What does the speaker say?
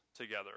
together